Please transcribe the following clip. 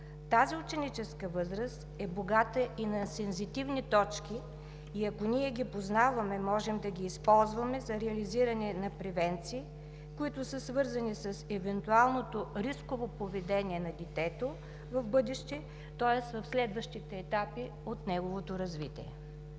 Тази ученическа възраст е богата и на сензитивни точки и ако ние ги познаваме, можем да ги използваме за реализиране на превенции, които са свързани с евентуалното рисково поведение на детето в бъдеще. Тоест в следващите етапи от неговото развитие.